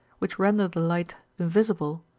which render the light invisible.